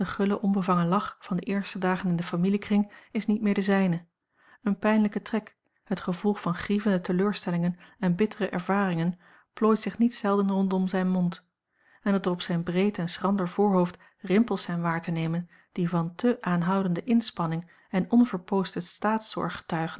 gulle onbevangen lach van de eerste dagen in den familiekring is niet meer de zijne een pijnlijke trek het gevolg van grievende teleurstellingen en bitt re ervaringen plooit zich niet zelden rondom zijn mond en dat er op zijn breed en schrander voorhoofd rimpels zijn waar te nemen die van te aanhoudende inspanning en